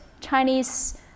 Chinese